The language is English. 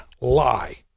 lie